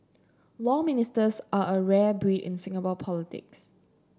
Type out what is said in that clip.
Law Ministers are a rare breed in Singapore politics